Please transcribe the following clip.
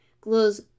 glows